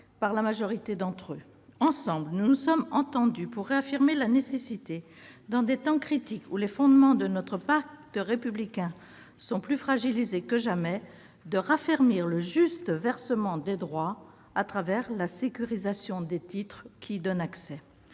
par la majorité d'entre eux. Ensemble, nous nous sommes entendus pour réaffirmer la nécessité, dans des temps critiques où les fondements de notre pacte républicain sont plus fragilisés que jamais, de raffermir le juste versement des droits à travers la sécurisation des titres qui y donnent accès.